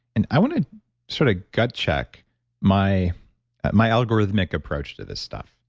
and i want to sort of gut check my my algorithmic approach to this stuff.